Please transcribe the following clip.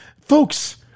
Folks